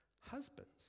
Husbands